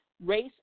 Race